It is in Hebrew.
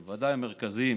בוודאי המרכזיים.